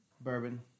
bourbon